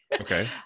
Okay